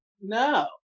no